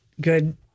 good